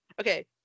okay